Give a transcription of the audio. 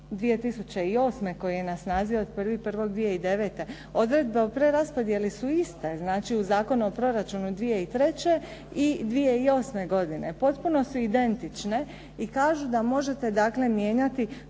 2008. koji je na snazi od 1.1.2009. Odredbe o preraspodjeli su iste, znači u Zakonu o proračunu 2003. i 2008. godine. Potpuno su identične i kažu da možete dakle mijenjati